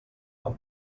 amb